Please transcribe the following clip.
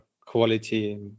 quality